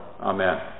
Amen